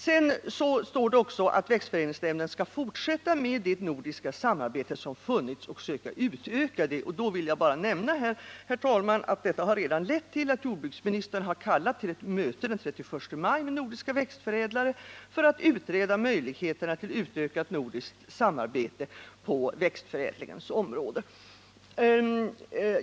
Det står också att växtförädlingsnämnden skall fortsätta med det nordiska samarbete som funnits och söka utöka det. Jag vill då bara nämna att detta redan harlett till att jordbruksministern har kallat till ett möte den 31 maj med nordiska växtförädlare för att utreda möjligheterna till utökat nordiskt samarbete på växtförädlingens område.